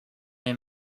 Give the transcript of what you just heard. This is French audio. les